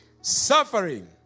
suffering